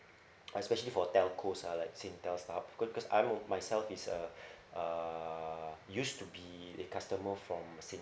especially for telcos lah like Singtel Starhub because because I'm m~ myself is a uh used to be a customer from Singtel